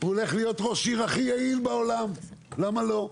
הוא יהיה ראש העיר הכי יעיל בעולם, למה לא?